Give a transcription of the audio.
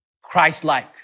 Christ-like